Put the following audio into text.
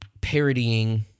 parodying